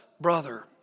brother